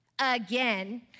again